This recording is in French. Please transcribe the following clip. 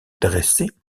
dressées